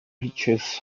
reaches